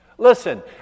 Listen